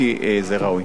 כי זה ראוי.